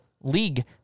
league